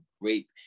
rape